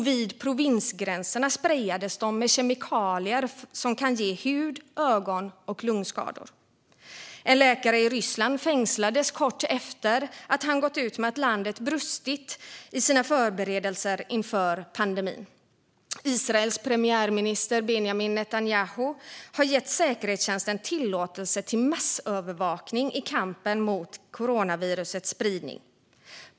Vid provinsgränserna sprejades de med kemikalier som kan ge hud, ögon och lungskador. En läkare i Ryssland fängslades kort efter att han gått ut med att landet brustit i sina förberedelser inför pandemin. Israels premiärminister Benjamin Netanyahu har gett säkerhetstjänsten tillåtelse till massövervakning i kampen mot coronavirusets spridning.